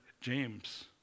James